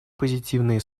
позитивные